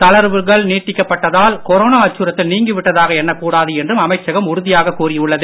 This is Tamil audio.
தளர்வுகள் நீட்டிக்கப்பட்டதால் கொரோனா அச்சுறுத்தல் நீங்கி விட்டதாக எண்ணக் கூடாது என்றும் அமைச்சகம் உறுதியாக கூறியுள்ளது